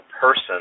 person